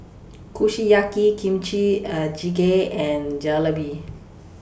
Kushiyaki Kimchi Are Jjigae and Jalebi